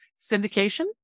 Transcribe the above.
syndication